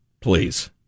Please